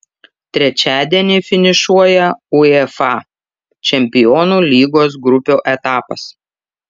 trečiadienį finišuoja uefa čempionų lygos grupių etapas